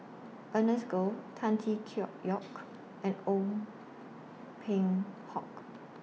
Ernest Goh Tan Tee Yoke and Ong Peng Hock